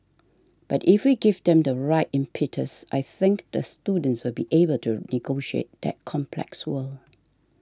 but if we give them the right impetus I think the students will be able to negotiate that complex world